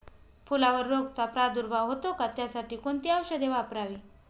फुलावर रोगचा प्रादुर्भाव होतो का? त्यासाठी कोणती औषधे वापरावी?